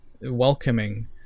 welcoming